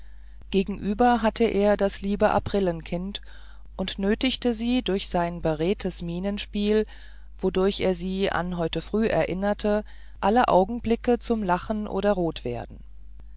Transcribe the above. gegenüber hatte er das liebe aprillen kind und nötigte sie durch sein beredtes mienenspiel wodurch er sie an heute früh erinnerte alle augenblicke zum lachen oder rotwerden